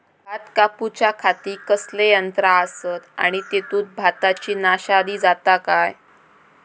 भात कापूच्या खाती कसले यांत्रा आसत आणि तेतुत भाताची नाशादी जाता काय?